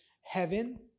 heaven